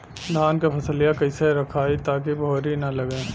धान क फसलिया कईसे रखाई ताकि भुवरी न लगे?